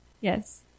yes